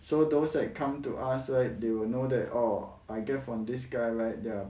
so those like come to ask right they will know that oh I get from this guy right there